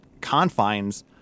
confines